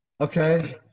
Okay